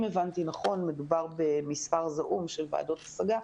אם הבנתי נכון מדובר במספר זעום של ועדות השגה.